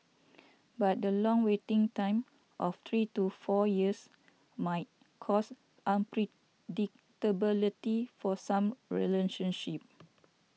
but the long waiting time of three to four years might cause unpredictability for some relationships